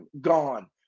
gone